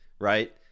right